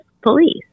police